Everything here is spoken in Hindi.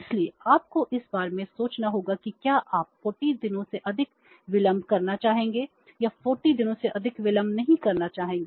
इसलिए आपको इस बारे में सोचना होगा कि क्या आप 40 दिनों से अधिक विलंब करना चाहेंगे या 40 दिनों से अधिक विलंब नहीं करना चाहेंगे